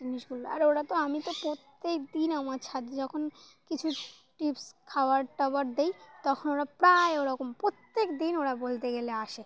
জিনিসগুলো আর ওরা তো আমি তো প্রত্যেকদিন আমার ছাদে যখন কিছু টিপস খাবার টাবার দিই তখন ওরা প্রায় ওরকম প্রত্যেকদিন ওরা বলতে গেলে আসে